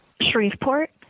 Shreveport